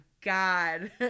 god